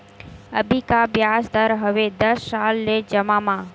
अभी का ब्याज दर हवे दस साल ले जमा मा?